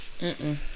Mm-mm